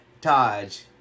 Taj